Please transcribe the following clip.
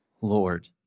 Lord